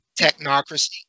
technocracy